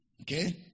Okay